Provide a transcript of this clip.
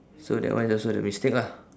so that one is also the mistake lah